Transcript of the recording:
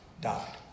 died